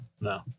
No